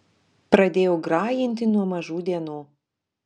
pradėjau grajinti nuo mažų dienų